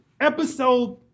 Episode